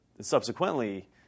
subsequently